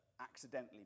accidentally